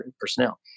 personnel